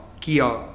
Kia